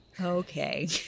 Okay